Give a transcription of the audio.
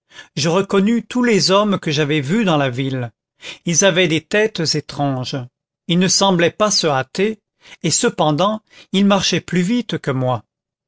je reconnus tous les hommes que j'avais vus dans la ville ils avaient des têtes étranges ils ne semblaient pas se hâter et cependant ils marchaient plus vite que moi